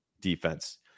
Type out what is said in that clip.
defense